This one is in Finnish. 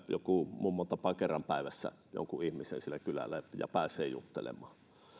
joku mummo tapaa kerran päivässä jonkun ihmisen siellä kylällä ehkä kylän sosiaaliasiamiehen ja pääsee juttelemaan